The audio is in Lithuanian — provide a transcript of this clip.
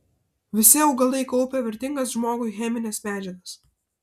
visi augalai kaupia vertingas žmogui chemines medžiagas